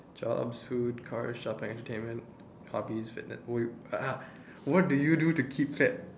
jobs food cars shopping entertainment hobbies fitness what you ah what do you do to keep fit